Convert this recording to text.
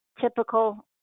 typical